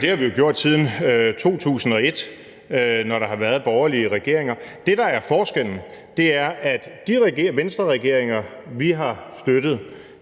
det har vi jo gjort siden 2001, når der har været borgerlige regeringer. Det, der er forskellen, er, at de Venstreregeringer, vi har støttet,